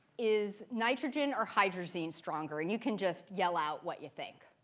is nitrogen or hydrazine stronger? and you can just yell out what you think.